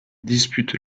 dispute